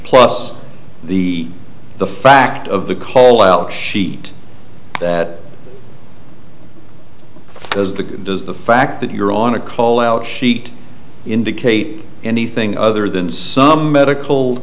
plus the the fact of the call out sheet that was the does the fact that you're on a call out sheet indicate anything other than some medical